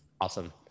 Awesome